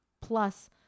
plus